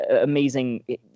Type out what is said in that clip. amazing